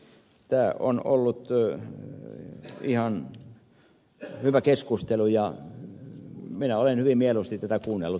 tämä on ollut ihan hyvä keskustelu ja minä olen hyvin mieluusti tätä kuunnellut